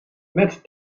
met